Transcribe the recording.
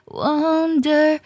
wonder